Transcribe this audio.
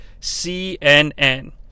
CNN